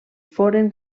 foren